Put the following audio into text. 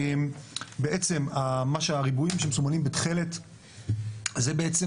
בעצם הריבועים שמסומנים בתכלת זה בעצם